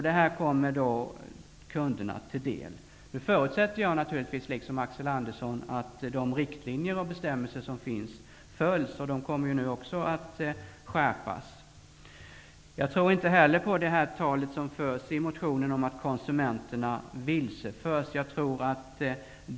Detta kommer kunderna till del. Nu förutsätter jag, liksom Axel Andersson, att de riktlinjer och bestämmelser som finns följs. De kommer också att skärpas. Jag tror inte heller på talet i motionen om att konsumenterna vilseförs.